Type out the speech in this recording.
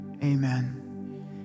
Amen